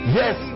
yes